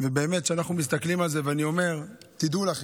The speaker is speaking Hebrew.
באמת, כשאנחנו מסתכלים על זה, אני אומר, תדעו לכם,